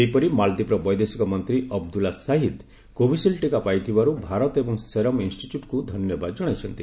ସେହିପରି ମାଳଦୀପର ବୈଦେଶିକ ମନ୍ତ୍ରୀ ଅବଦ୍ୱୁଲ୍ଲା ଶାହିଦ୍ କୋଭିସିଲ୍ଡ୍ ଟିକ ପାଇଥିବାରୁ ଭାରତ ଏବଂ ସେରମ୍ ଇନ୍ଷ୍ଟିଚ୍ୟୁଟ୍କୁ ଧନ୍ୟବାଦ କଣାଇଛନ୍ତି